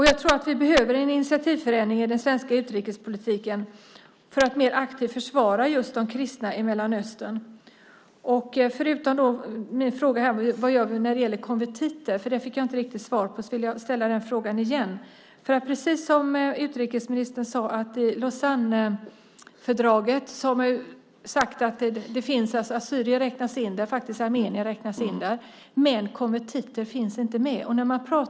Jag tror att vi behöver en initiativförändring i den svenska utrikespolitiken för att mer aktivt försvara just de kristna i Mellanöstern. Min fråga vad vi gör när det gäller konvertiter fick jag inte riktigt svar på. Jag vill ställa den frågan igen. Precis som utrikesministern sade räknas assyrier in i Lausannefördraget, och armenier räknas faktiskt in där, men konvertiter finns inte med.